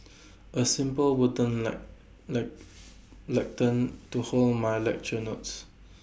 A simple wooden lectern to hold my lecture notes